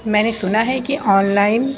میں نے سنا ہے کہ آن لائن